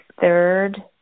third